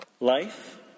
Life